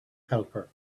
helper